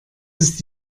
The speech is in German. ist